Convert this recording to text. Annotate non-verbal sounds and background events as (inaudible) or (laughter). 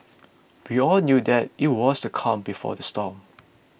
(noise) we all knew that it was the calm before the storm